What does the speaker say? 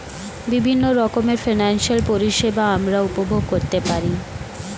বিভিন্ন রকমের ফিনান্সিয়াল পরিষেবা আমরা উপভোগ করতে পারি